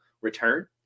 return